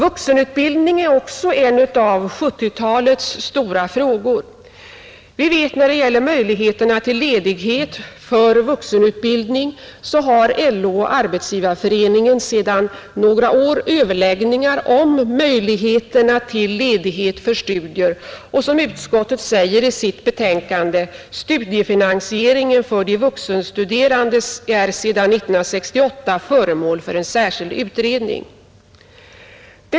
Vuxenutbildningen är också en av 1970-talets stora frågor. LO och Arbetsgivareföreningen har sedan några år överläggningar om möjligheterna till ledighet för studier. Som utskottet säger i sitt betänkande är frågorna om studiefinansiering för de vuxenstuderande sedan år 1968 föremål för en särskild utredning.